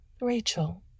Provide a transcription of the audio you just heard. Rachel